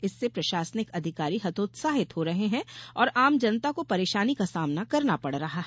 इससे प्रशासनिक अधिकारी हतोत्साहित हो रहे हैं और आम जनता को परेशानी का सामना करना पड रहा है